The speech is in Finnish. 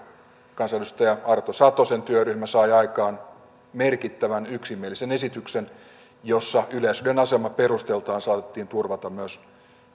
kansanedustaja arto satosen työryhmä sai aikaan merkittävän yksimielisen esityksen jossa yleisradion asema perustaltaan saatettiin turvata myös